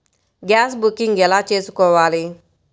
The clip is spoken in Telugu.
గ్యాస్ బుకింగ్ ఎలా చేసుకోవాలి?